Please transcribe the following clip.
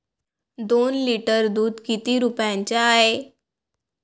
दोन लिटर दुध किती रुप्याचं हाये?